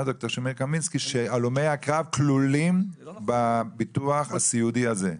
שהלומי הקרב כלולים בביטוח הסיעודי הזה.